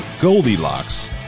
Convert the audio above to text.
goldilocks